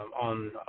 On